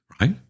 right